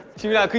suga,